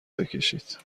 بکشید